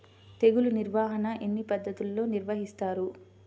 తెగులు నిర్వాహణ ఎన్ని పద్ధతుల్లో నిర్వహిస్తారు?